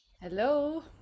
Hello